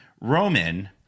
Roman